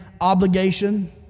obligation